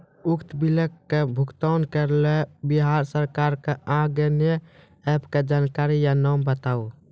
उक्त बिलक भुगतानक लेल बिहार सरकारक आअन्य एप के जानकारी या नाम बताऊ?